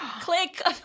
Click